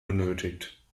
benötigt